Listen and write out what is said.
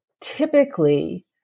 typically